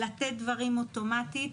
לתת דברים אוטומטית,